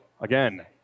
again